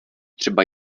třeba